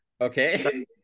okay